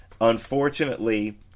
Unfortunately